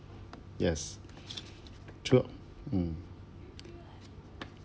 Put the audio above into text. yes true mm